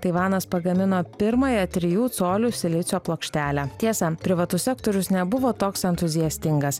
taivanas pagamino pirmąją trijų colių silicio plokštelę tiesa privatus sektorius nebuvo toks entuziastingas